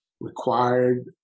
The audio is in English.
required